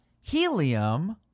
helium